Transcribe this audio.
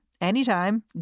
anytime